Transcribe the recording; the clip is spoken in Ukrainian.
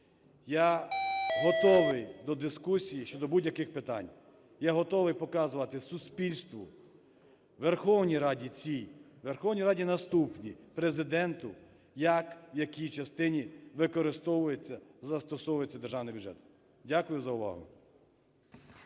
Я готовий до дискусій щодо будь-яких питань, я готовий показувати суспільству, Верховній Раді цій, Верховній Раді наступній, Президенту, як, в якій частині використовується і застосовується державний бюджет. Дякую за увагу.